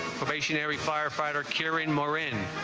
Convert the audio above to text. firefighter carried more in